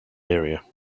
area